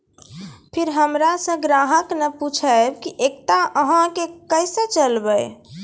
फिर हमारा से ग्राहक ने पुछेब की एकता अहाँ के केसे चलबै?